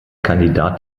kandidat